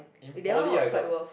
in poly I got